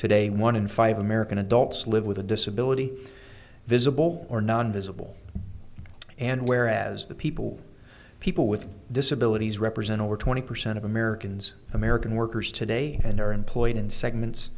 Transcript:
today one in five american adults live with a disability visible or non visible and whereas the people people with disabilities represent over twenty percent of americans american workers today and are employed in segments